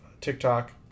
TikTok